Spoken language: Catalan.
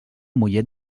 mollet